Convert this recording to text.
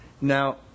Now